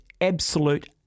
absolute